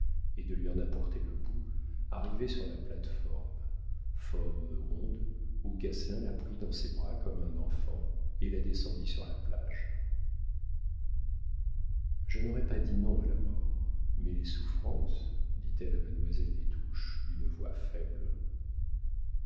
et de lui en apporter le bout arriver sur la plate-forme ronde où gasselin la prit dans ses bras comme un enfant et la descendit sur la plage je n'aurais pas dit non à la mort mais les souffrances dit-elle à mademoiselle des touches d'une voix faible